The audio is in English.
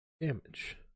damage